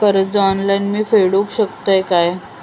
कर्ज ऑनलाइन मी फेडूक शकतय काय?